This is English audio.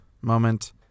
moment